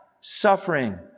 suffering